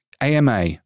AMA